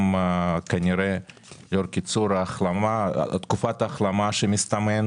כנראה קיצור תקופת ההחלמה כפי שמסתמן,